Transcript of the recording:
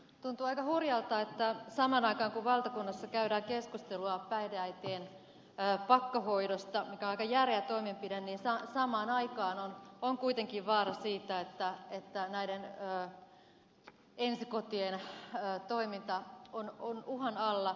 tuntuu aika hurjalta että samaan aikaan kun valtakunnassa käydään keskustelua päihdeäitien pakkohoidosta mikä on aika järeä toimenpide on kuitenkin vaara siitä että näiden ensikotien toiminta on uhan alla